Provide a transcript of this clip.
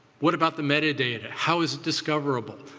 what about the metadata? how is it discoverable?